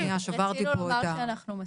רצינו לומר שאנחנו מסכימים.